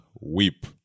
weep